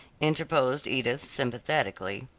interposed edith sympathetically.